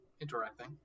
interacting